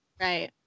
right